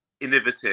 innovative